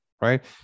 Right